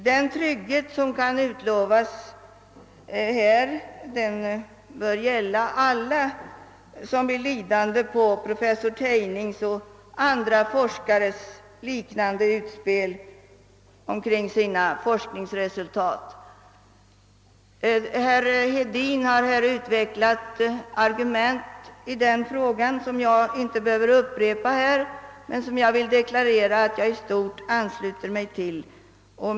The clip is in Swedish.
Den trygghet som kan utlovas bör gälla alla som blir lidande på docent Tejnings och andra forskares utspel kring sina forskningsresultat. Herr Hedin har tidigare här anfört argument i denna fråga, som jag inte behöver upprepa. Jag vill bara deklarera att iag i stort sett ansluter mig till dem.